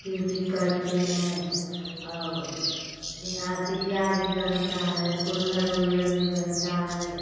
duty करते हैं और यहाँ दिया भी बनता है कुल्हड़ उल्हड़ भी बनता है